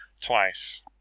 twice